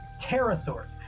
pterosaurs